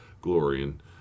glory—and